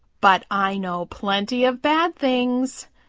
but i know plenty of bad things.